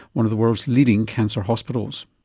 one of the world's leading cancer hospitals.